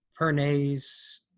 Pernay's